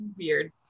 weird